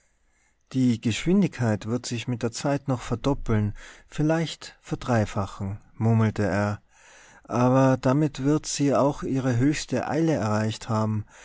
die geschwindigkeit wird sich mit der zeit noch verdoppeln vielleicht verdreifachen murmelte er aber damit wird sie auch ihre höchste eile erreicht haben